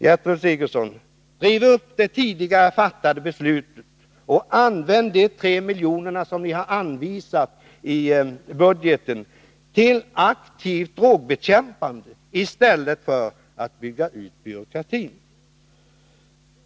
Gertrud Sigurdsen, riv upp det tidigare fattade beslutet och använd de 3 miljoner som anvisats i budgeten till aktivt drogbekämpande åtgärder i stället för att bygga ut byråkratin!